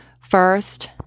First